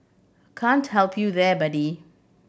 can't help you there buddy